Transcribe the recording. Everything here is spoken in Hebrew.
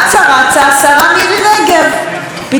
פתאום נזכרה שכרטיס קולנוע זה בממלכה שלה,